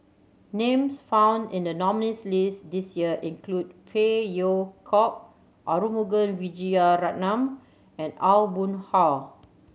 names found in the nominees' list this year include Phey Yew Kok Arumugam Vijiaratnam and Aw Boon Haw